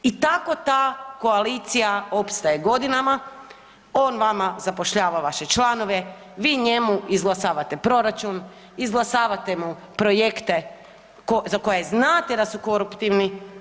I tako ta koalicija opstaje godinama, on vama zapošljava vaše članove, vi njemu izglasavate proračun, izglasavate mu projekte za koje znate da su koruptivni.